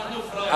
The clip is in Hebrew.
אנחנו פראיירים.